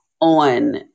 on